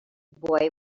boy